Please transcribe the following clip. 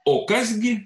o kas gi